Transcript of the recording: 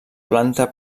planta